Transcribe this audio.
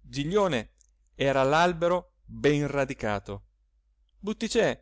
giglione era l'albero ben radicato butticè